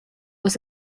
was